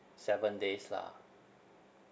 seven days lah